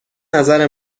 نظر